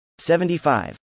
75